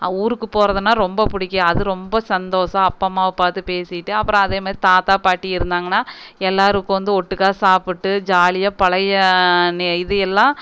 ஊருக்கு போகிறதுனா ரொம்ப பிடிக்கும் அது ரொம்ப சந்தோஷம் அப்பா அம்மாவை பார்த்து பேசிட்டு அப்புறம் அதே மாதிரி தாத்தா பாட்டி இருந்தாங்கன்னால் எல்லாரும் உட்காந்து வந்து ஒட்டுக்காக சாப்பிட்டு ஜாலியாக பழைய நெ இது எல்லாம்